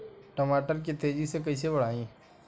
टमाटर के तेजी से कइसे बढ़ाई?